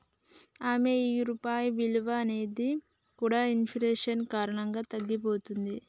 అమ్మో ఈ రూపాయి విలువ అనేది కూడా ఇన్ఫెక్షన్ కారణంగా తగ్గిపోతుంది